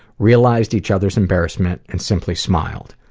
realized each other's embarrassment and simply smiled.